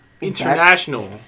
international